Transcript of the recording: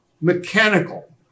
mechanical